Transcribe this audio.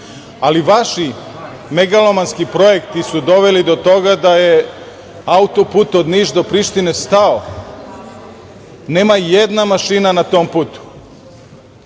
ali vaši megalomanski projekti su doveli do toga da je autoput od Niša do Prištine stao. Nema jedna mašina na tom putu.